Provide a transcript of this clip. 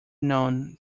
known